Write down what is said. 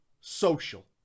Social